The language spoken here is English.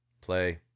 play